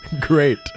great